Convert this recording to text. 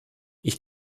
ich